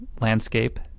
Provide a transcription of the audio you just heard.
landscape